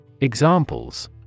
Examples